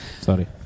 Sorry